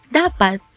dapat